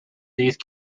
these